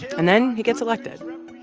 and then he gets elected.